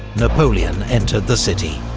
napoleon entered the city.